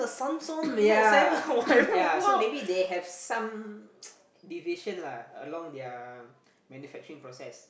ya ya so maybe they have some deviation lah along their manufacturing process